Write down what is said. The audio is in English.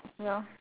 ya